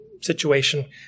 situation